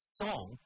song